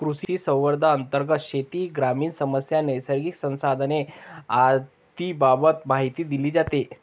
कृषिसंवादांतर्गत शेती, ग्रामीण समस्या, नैसर्गिक संसाधने आदींबाबत माहिती दिली जाते